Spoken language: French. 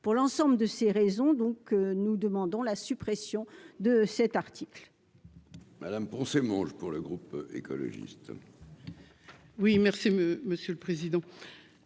pour l'ensemble de ces raisons, donc nous demandons la suppression de cet article.